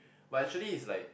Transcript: but actually it's like